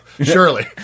Surely